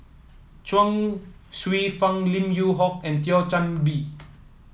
Chuang Hsueh Fang Lim Yew Hock and Thio Chan Bee